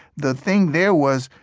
the thing there was,